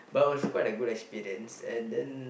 but it was quite a good experience and then